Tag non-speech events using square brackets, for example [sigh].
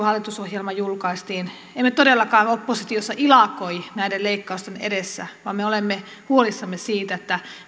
[unintelligible] hallitusohjelma julkaistiin emme todellakaan oppositiossa ilakoi näiden leikkausten edessä vaan me olemme huolissamme siitä